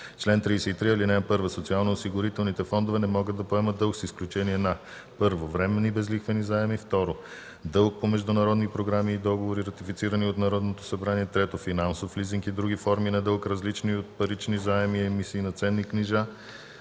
„Чл. 33. (1) Социалноосигурителните фондове не могат да поемат дълг с изключение на: 1. временни безлихвени заеми; 2. дълг по международни програми и договори, ратифицирани от Народното събрание; 3. финансов лизинг и други форми на дълг, различни от парични заеми и емисии на ценни книжа.